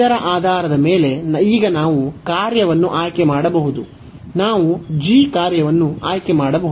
ಇದರ ಆಧಾರದ ಮೇಲೆ ಈಗ ನಾವು ಕಾರ್ಯವನ್ನು ಆಯ್ಕೆ ಮಾಡಬಹುದು ನಾವು g ಕಾರ್ಯವನ್ನು ಆಯ್ಕೆ ಮಾಡಬಹುದು